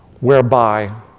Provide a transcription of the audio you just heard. whereby